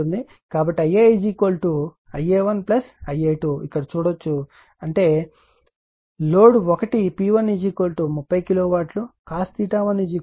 కాబట్టి Ia Ia1 Ia2 ఇక్కడ చూడవచ్చు అంటే అలా అంటే లోడ్ 1 P1 30 KW cos 1 0